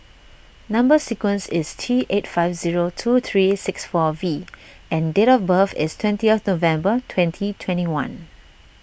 Number Sequence is T eight five zero two three six four V and date of birth is twenty November twenty twenty one